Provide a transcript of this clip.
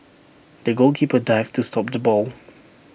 the goalkeeper dived to stop the ball